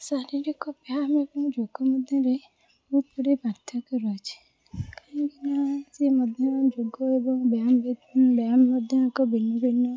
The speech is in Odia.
ଶାରୀରିକ ବ୍ୟାୟାମ ଏବଂ ଯୋଗ ମଧ୍ୟରେ ବହୁତ ଗୁଡ଼ିଏ ପାର୍ଥକ୍ୟ ରହିଛି କାଇଁକିନା ସେ ମଧ୍ୟ ଯୋଗ ଏବଂ ବ୍ୟାୟାମ ବ୍ୟାୟାମ ମଧ୍ୟ ଏକ ଭିନ୍ନ ଭିନ୍ନ